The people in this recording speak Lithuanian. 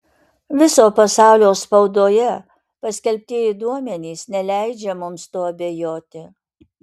viso pasaulio spaudoje paskelbtieji duomenys neleidžia mums tuo abejoti